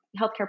healthcare